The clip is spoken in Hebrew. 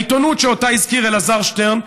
העיתונות שאותה הזכיר אלעזר שטרן,